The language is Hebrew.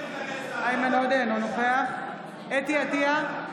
אינו נוכח חוה אתי עטייה,